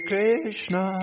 Krishna